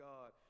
God